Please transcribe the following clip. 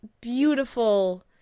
beautiful